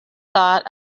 thought